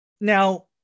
Now